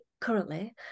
currently